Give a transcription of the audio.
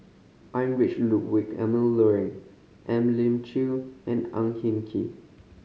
Heinrich Ludwig Emil Luering Elim Chew and Ang Hin Kee